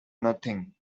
nothing